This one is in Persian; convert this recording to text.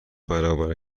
برابر